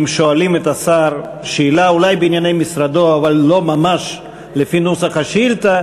אם שואלים את השר שאלה אולי בענייני משרדו אבל לא ממש לפי נוסח השאילתה,